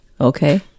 okay